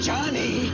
Johnny